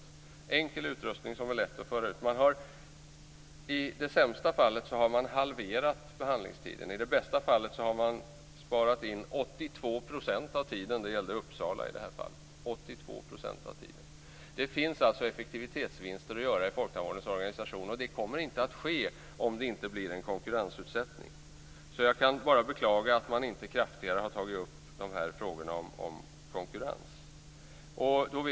Man har haft en enkel utrustning, som går lätt att ta med sig ut. I det sämsta fallet har man halverat behandlingstiden, och i det bästa fallet, Uppsala, har man sparat in 82 % av tiden. Det finns alltså effektivitetsvinster att göra i folktandvårdens organisation, men de kommer inte att tas ut om det inte blir en konkurrensutsättning. Jag kan alltså bara beklaga att man inte kraftigare har tagit upp konkurrensfrågorna.